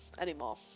anymore